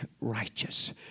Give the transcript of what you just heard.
righteous